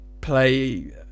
play